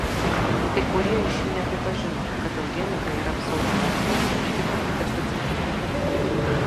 kai kurie iš jų nepripažino kad eugenika yra pseudomokslas kiti pakeitė specialybę